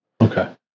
Okay